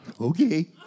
okay